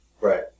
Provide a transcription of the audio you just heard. Right